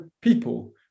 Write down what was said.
people